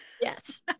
Yes